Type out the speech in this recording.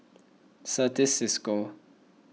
Certis Cisco